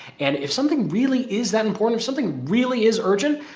and if something really is that important, if something really is urgent,